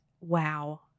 wow